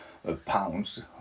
Pounds